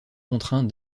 contraint